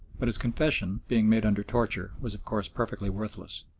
but his confession being made under torture was of course perfectly worthless.